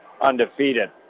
undefeated